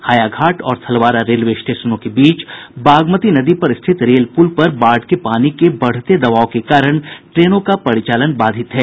हायाघाट और थलवाड़ा रेलवे स्टेशनों के बीच बागमती नदी पर स्थित रेल पूल पर बाढ़ के पानी के दबाव के कारण ट्रेनों का परिचालन बाधित है